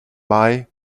mai